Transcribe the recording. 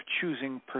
choosing